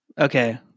Okay